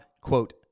quote